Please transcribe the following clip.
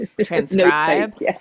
transcribe